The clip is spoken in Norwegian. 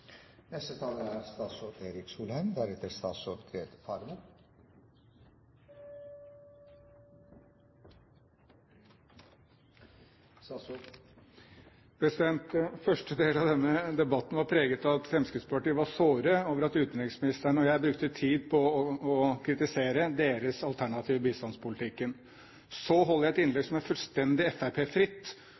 første delen av denne debatten var preget av at Fremskrittspartiets representanter var såre over at utenriksministeren og jeg brukte tid på å kritisere deres alternative bistandspolitikk. Så holdt jeg et innlegg som var fullstendig